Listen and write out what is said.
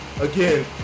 again